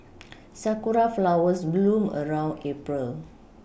sakura flowers bloom around April